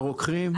והרוקחים?